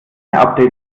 updates